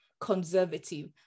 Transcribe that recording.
conservative